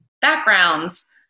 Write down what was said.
backgrounds